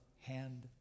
hand